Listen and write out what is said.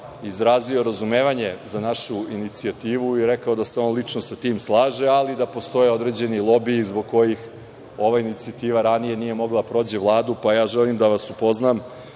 izrazio razumevanje za našu inicijativu i rekao da se on lično sa tim slaže, ali da postoje određeni lobiji zbog kojih ova inicijativa ranije nije mogla da prođe Vladu, pa želim da vas upoznam